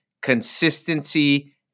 consistency